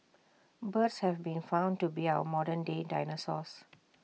birds have been found to be our modern day dinosaurs